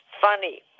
funny